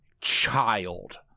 child